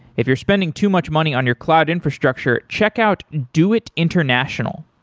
if you're spending too much money on your cloud infrastructure, check out doit international.